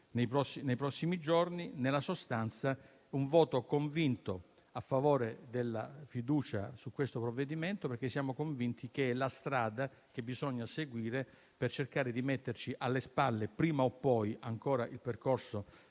nei prossimi giorni. Dichiaro pertanto il nostro voto convinto a favore della fiducia su questo provvedimento, perché siamo convinti che sia la strada da seguire per cercare di metterci alle spalle prima o poi (ancora il percorso